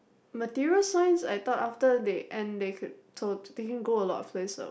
material science I thought after they end they could totally go a lot of places